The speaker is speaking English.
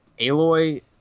Aloy